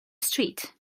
street